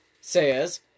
says